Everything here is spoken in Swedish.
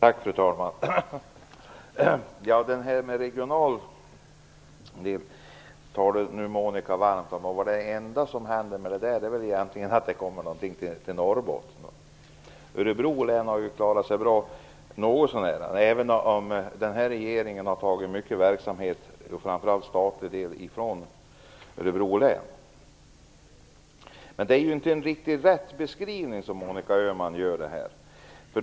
Fru talman! Monica Öhman talar varmt om det regionala. Det enda som händer är väl att det kommer någonting till Norrbotten. Örebro län har klarat sig något så när bra, även om regeringen har tagit mycket verksamhet, framför allt statliga delar, från Örebro län. Monica Öhmans beskrivning är inte riktig.